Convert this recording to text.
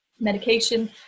medication